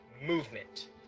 movement